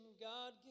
God